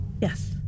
Yes